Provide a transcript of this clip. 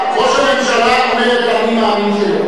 ראש הממשלה אומר את ה"אני מאמין" שלו.